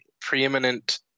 preeminent